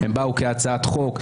הם באו כהצעת חוק?